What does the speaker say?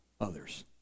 others